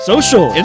Social